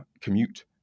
commute